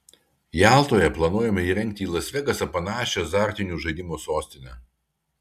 jaltoje planuojama įrengti į las vegasą panašią azartinių žaidimų sostinę